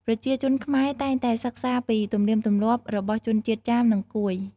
ប្រជាជនខ្មែរតែងតែសិក្សាពីទំនៀមទម្លាប់របស់ជនជាតិចាម និងកួយ។